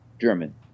German